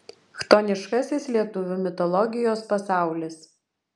chtoniškasis lietuvių mitologijos pasaulis